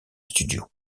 studios